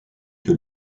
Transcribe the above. que